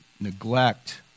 neglect